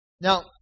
Now